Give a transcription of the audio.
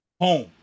home